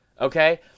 okay